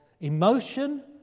emotion